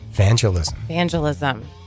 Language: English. Evangelism